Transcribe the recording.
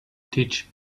teach